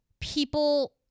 people